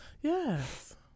yes